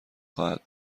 خواهد